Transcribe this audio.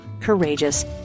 courageous